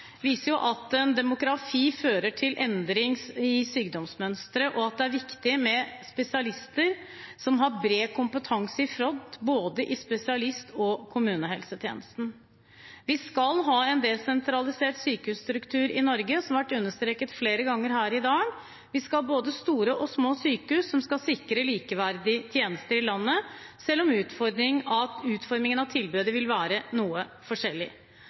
viser til at behandlingen i Nasjonal helse- og sykehusplan viste at demografi fører til endring i sykdomsmønsteret, og at det er viktig med spesialister som har bred kompetanse i front, både i spesialist- og kommunehelsetjenesten. Vi skal ha en desentralisert sykehusstruktur i Norge, noe som har vært understreket flere ganger her i dag. Vi skal ha både store og små sykehus som skal sikre likeverdige tjenester i landet, selv om utformingen av tilbudet vil være noe forskjellig.